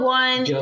one